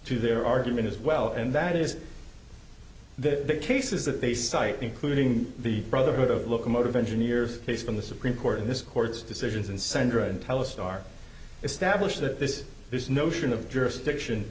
to their argument as well and that is the cases that they cite including the brotherhood of locomotive engineers based on the supreme court in this court's decisions and sandra and tell us are established that this is notion of jurisdiction